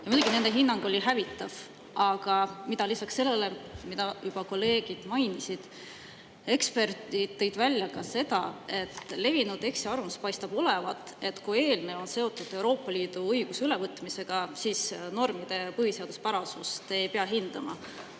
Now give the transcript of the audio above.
oli nende hinnang hävitav. Aga lisaks sellele, mida juba kolleegid mainisid, eksperdid tõid välja seda, et levinud eksiarvamus paistab olevat, et kui eelnõu on seotud Euroopa Liidu õiguse ülevõtmisega, siis normide põhiseaduspärasust ei pea hindama.